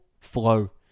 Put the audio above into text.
Flow